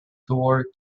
door